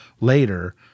later